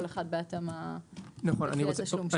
כל אחד בהתאמה לפי התשלום שלו.